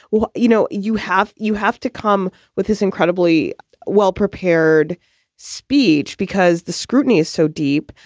well, you know, you have you have to come with this incredibly well prepared speech because the scrutiny is so deep.